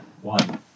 one